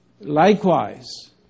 Likewise